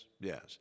yes